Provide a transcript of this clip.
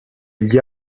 gli